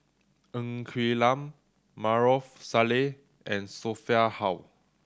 Ng Quee Lam Maarof Salleh and Sophia Hull